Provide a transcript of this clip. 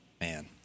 Man